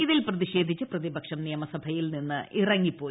ഇതിൽ പ്രതിഷേധിച്ച് പ്രതിപക്ഷം നിയമസഭയിൽ നിന്ന് ഇറങ്ങിപ്പോയി